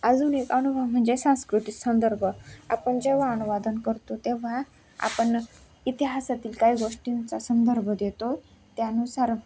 अजून एक अनुभव म्हणजे सांस्कृतिक संदर्भ आपण जेव्हा अनुवाद करतो तेव्हा आपण इतिहासातील काही गोष्टींचा संदर्भ देतो त्यानुसार